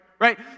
Right